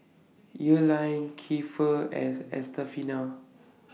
Earline Kiefer and Estefania